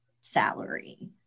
salary